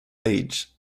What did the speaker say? age